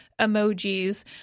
emojis